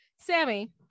Sammy